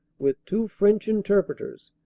with two french interpreters,